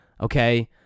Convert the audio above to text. Okay